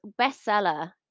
bestseller